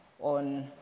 on